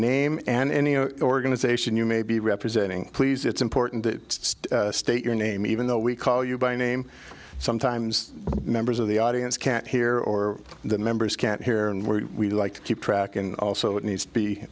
name and any organization you may be representing please it's important to state your name even though we call you by name sometimes members of the audience can't hear or the members can't hear and we like to keep track and also it needs to be